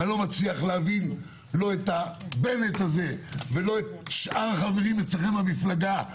אני לא מצליח להבין לא את בנט הזה ולא את שאר החברים אצלכם במפלגה,